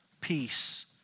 peace